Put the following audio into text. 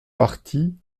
partie